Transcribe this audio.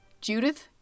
Judith